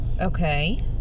Okay